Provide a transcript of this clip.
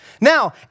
Now